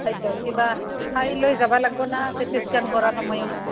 হয়তো কিবা খাই লৈ যাবা লাগিবনে চিটি স্কেন কৰা সময়ত